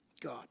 God